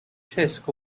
tisch